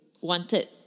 wanted